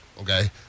okay